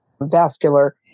vascular